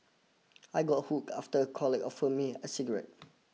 I got hooked after a colleague offered me a cigarette